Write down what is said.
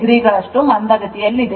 2o ಗಳಷ್ಟು ಮಂದಗತಿಯಲ್ಲಿದೆ